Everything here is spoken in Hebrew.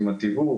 עם התיווך,